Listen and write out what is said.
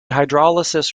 hydrolysis